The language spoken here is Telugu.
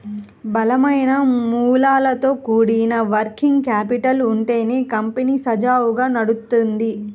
బలమైన మూలాలతో కూడిన వర్కింగ్ క్యాపిటల్ ఉంటేనే కంపెనీ సజావుగా నడుత్తది